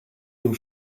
dem